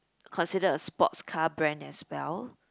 considered a sports car brand as well